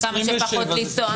כמה שפחות לנסוע.